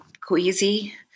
queasy